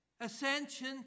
ascension